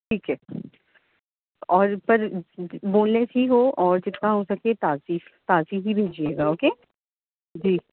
ٹھیک ہے اور پر بون لیس ہی ہو اور جتنا ہو سکے تازی تازی ہی بھیجیے گا اوکے جی